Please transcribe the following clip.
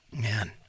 man